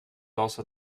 also